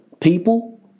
people